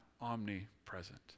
omnipresent